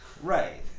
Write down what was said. Right